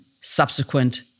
subsequent